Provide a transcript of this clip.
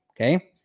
Okay